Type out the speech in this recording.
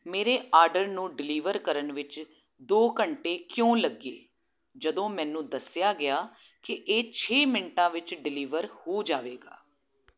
ਮੇਰੇ ਆਰਡਰ ਨੂੰ ਡਿਲੀਵਰ ਕਰਨ ਵਿੱਚ ਦੋ ਘੰਟੇ ਕਿਉਂ ਲੱਗੇ ਜਦੋਂ ਮੈਨੂੰ ਦੱਸਿਆ ਗਿਆ ਕਿ ਇਹ ਛੇ ਮਿੰਟਾਂ ਵਿੱਚ ਡਿਲੀਵਰ ਹੋ ਜਾਵੇਗਾ